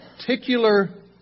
particular